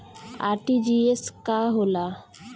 RTGS का होला?